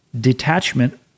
detachment